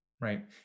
Right